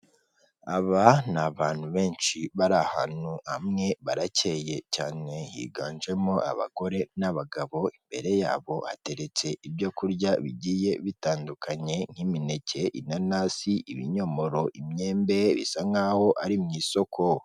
Aba ni abantu benshi bari ahantu hamwe baracyeye cyane higanjemo abagore n'abagabo, imbere yabo hateretse ibyo kurya bigiye bitandukanye nk'imineke, inanasi, ibinyomoro, imyembe bisa nk'aho ari mu isoko.